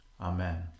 Amen